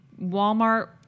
Walmart